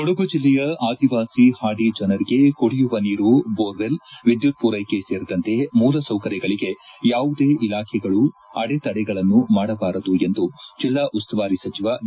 ಕೊಡಗು ಜೆಲ್ಲೆಯ ಆದಿವಾಸಿ ಹಾಡಿ ಜನರಿಗೆ ಕುಡಿಯುವ ನೀರು ಬೋರ್ ವೆಲ್ ವಿದ್ಯುತ್ ಪೂರ್ಟೆಕೆ ಸೇರಿದಂತೆ ಮೂಲಸೌಕರ್ಯಗಳಿಗೆ ಯಾವುದೇ ಇಲಾಖೆಗಳು ಅಡೆತಡೆಗಳನ್ನು ಮಾಡಬಾರದು ಎಂದು ಜಿಲ್ಲಾ ಉಸ್ತುವಾರಿ ಸಚಿವ ವಿ